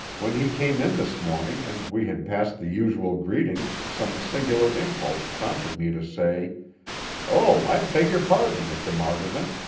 when he came in this morning and we had passed the usual greetings some singular impulse prompted me to say oh, i beg your pardon, mr. margovan,